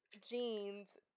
jeans